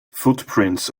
footprints